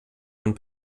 von